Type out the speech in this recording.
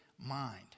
mind